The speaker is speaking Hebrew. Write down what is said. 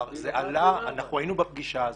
אנחנו היינו בפגישה הזאת.